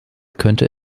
könnte